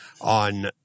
on